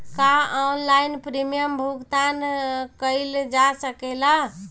का online premium भुगतान कईल जा सकेला?